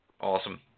Awesome